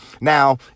Now